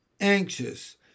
anxious